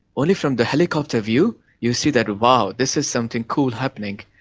only from the helicopter view you see that, wow, this is something cool happening.